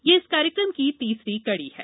यह इस कार्यक्रम की तीसरी कड़ी है